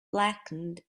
blackened